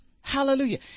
Hallelujah